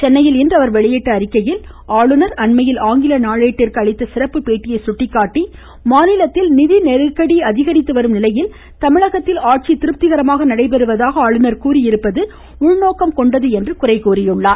சென்னையில் இன்று அவர் வெளியிட்டுள்ள அறிக்கையில் ஆளுநர் அண்மையில் ஆங்கில நாளேட்டிற்கு அளித்த சிறப்பு பேட்டியை சுட்டிக்காட்டி மாநிலத்தில் நிதி நெருக்கடி அதிகரித்துவரும் நிலையில் தமிழகத்தில் நடைபெறுவதாக அவர் கூறியிருப்பது உள்நோக்கம் கொண்டது என்று குறை கூறியிருக்கிறார்